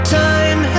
time